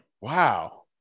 Wow